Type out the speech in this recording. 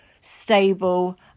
stable